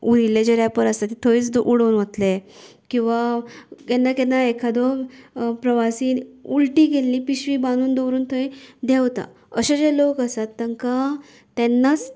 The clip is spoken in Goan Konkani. उरिल्ले जे रॅपर आसत तें थयचं उडोवन वतले किंवां केन्ना केन्नाय एखादो प्रवासी उलटी केल्ली पिशवी बांदून दवरून थंय देंवता अशे जे लोक आसात तांका तेन्नाच